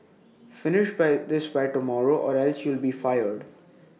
finish by this by tomorrow or else you'll be fired